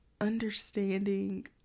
understanding